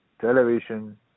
television